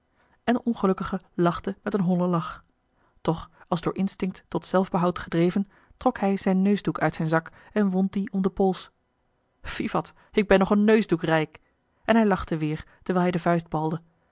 en de ongelukkige lachte met een hollen lach toch als door instinct tot zelfbehoud gedreven trok hij zijn neusdoek uit zijn zak en wond dien om den pols vivat ik ben nog een neusdoek rijk en hij lachte weer terwijl hij de vuist balde